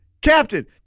Captain